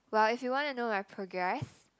well if you want to know my progress